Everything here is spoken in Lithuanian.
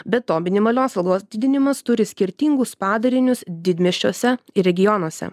be to minimalios algos didinimas turi skirtingus padarinius didmiesčiuose ir regionuose